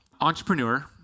entrepreneur